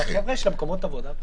--- של המקומות עבודה.